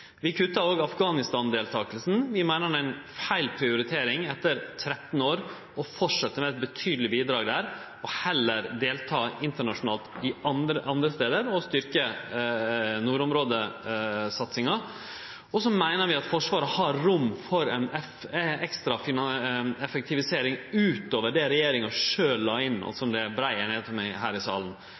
Vi kuttar òg i Afghanistan-deltakinga. Vi meiner det er feil prioritering – etter 13 år – å fortsetje med eit betydeleg bidrag der. Vi bør heller delta internasjonalt andre stader og styrkje nordområdesatsinga. Så meiner vi at Forsvaret har rom for ei ekstra effektivisering utover det regjeringa sjølv la inn, og som det er brei einigheit om her i salen.